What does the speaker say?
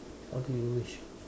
what do you wish